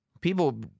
people